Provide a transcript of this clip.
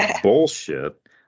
bullshit